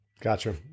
Gotcha